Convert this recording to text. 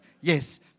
yes